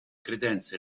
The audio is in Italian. credenze